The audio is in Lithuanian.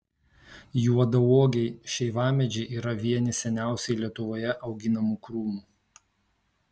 juodauogiai šeivamedžiai yra vieni seniausiai lietuvoje auginamų krūmų